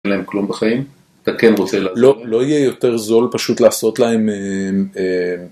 אין להם כלום בחיים. אתה כן רוצה... לא יהיה יותר זול פשוט לעשות להם